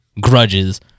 grudges